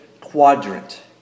quadrant